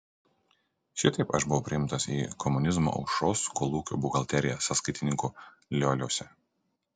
šitaip aš buvau priimtas į komunizmo aušros kolūkio buhalteriją sąskaitininku lioliuose